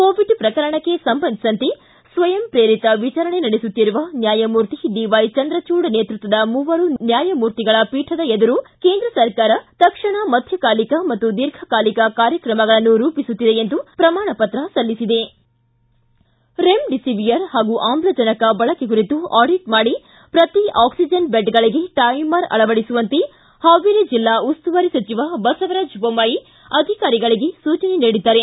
Covid ಪ್ರಕರಣಕ್ಕೆ ಸಂಬಂಧಿಸಿದಂತೆ ಸ್ವಯಂ ಪ್ರೇರಿತ ವಿಚಾರಣೆ ನಡೆಸುತ್ತಿರುವ ನ್ವಾಯಮೂರ್ತಿ ಡಿವ್ಯೆಚಂದ್ರಚೂಡ ನೇತೃತ್ವದ ಮೂವರು ನ್ಕಾಯಮೂರ್ತಿಗಳ ಪೀಠದ ಎದುರು ಕೇಂದ್ರ ಸರ್ಕಾರ ತಕ್ಷಣ ಮಧ್ಯಕಾಲಿಕ ಮತ್ತು ದೀರ್ಘಕಾಲಿಕ ಕಾರ್ಯಕ್ರಮಗಳನ್ನು ರೂಪಿಸುತ್ತಿದೆ ಎಂದು ಪ್ರಮಾಣ ಪತ್ರ ಸಲ್ಲಿಸಿದೆ ರೆಮ್ಡಿಸಿವಿಯರ್ ಹಾಗೂ ಆಮ್ಲಜನಕ ಬಳಕೆ ಕುರಿತು ಆಡಿಟ್ ಮಾಡಿ ಪ್ರತಿ ಆಕ್ಲಿಜನ್ ಬೆಡ್ಗಳಿಗೆ ಟೈಮರ್ ಅಳವಡಿಸುವಂತೆ ಹಾವೇರಿ ಜಿಲ್ಲಾ ಉಸ್ತುವಾರಿ ಸಚಿವ ಬಸವರಾಜ ಬೊಮ್ಮಾಯಿ ಅಧಿಕಾರಿಗಳಿಗೆ ಸೂಚನೆ ನೀಡಿದ್ದಾರೆ